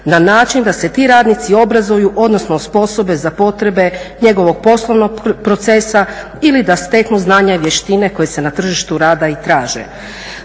na način da se ti radnici obrazuju odnosno osposobe za potrebe njegovog poslovnog procesa ili da steknu znanja i vještine koje se na tržištu rada i traže.